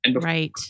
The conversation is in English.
Right